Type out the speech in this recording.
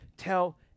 tell